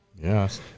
Yes